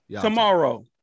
Tomorrow